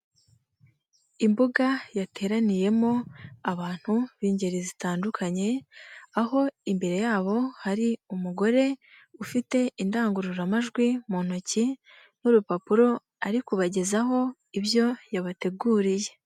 Imbuga yateraniyemo abantu b'ingeri zitandukanye aho imbere yabo hari umugore ufite indangururamajwi mu ntoki n'urupapuro ari kubagezaho ibyo yabateguriye.